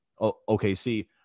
OKC